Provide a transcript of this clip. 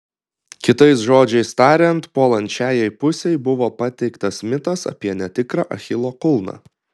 kitais žodžiais tariant puolančiajai pusei buvo pateiktas mitas apie netikrą achilo kulną